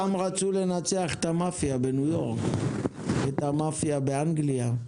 פעם רצו לנצח את המאפיה בניו יורק ואת המאפיה באנגליה,